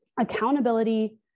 Accountability